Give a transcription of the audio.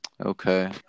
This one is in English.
Okay